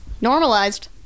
Normalized